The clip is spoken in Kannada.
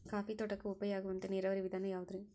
ಕಾಫಿ ತೋಟಕ್ಕ ಉಪಾಯ ಆಗುವಂತ ನೇರಾವರಿ ವಿಧಾನ ಯಾವುದ್ರೇ?